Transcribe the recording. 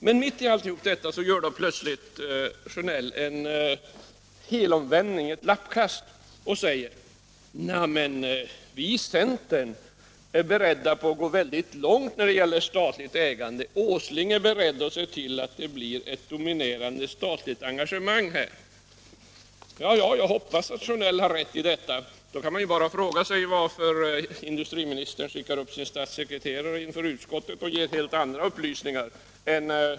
Men mitt i allt detta gör herr Sjönell en helomvändning — ett lappkast —- och säger: Vi i centern är beredda att gå mycket långt när det gäller statligt ägande; herr Åsling är beredd att se till att det blir ett dominerande statligt engagemang på den här punkten. Jag hoppas att herr Sjönell har rätt i detta, men då kan man fråga sig varför industriministern skickar upp sin statssekreterare till utskottet för att ge helt andra upplysningar.